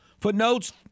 Footnotes